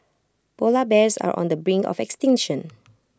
Polar Bears are on the brink of extinction